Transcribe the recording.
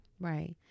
Right